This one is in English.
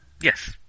Yes